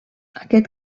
aquest